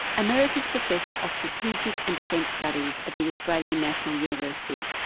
emeritus professor of strategic and defence studies at the australian national university,